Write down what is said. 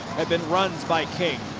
have been runs by king.